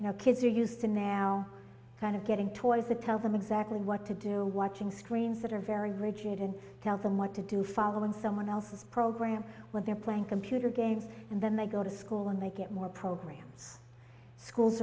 you know kids are used to now kind of getting toys the tell them exactly what to do watching screens that are very rigid and tell them what to do following someone else's program when they're playing computer games and then they go to school and make it more programs schools